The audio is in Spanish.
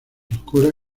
oscuras